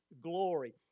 glory